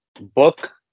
Book